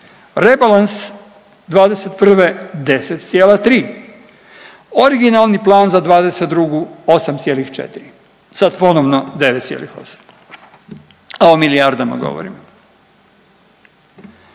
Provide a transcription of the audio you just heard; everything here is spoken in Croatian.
rebalans '21. 10,3, originalni plan za '22. 8,4, sad ponovno 9,8, o milijardama govorim.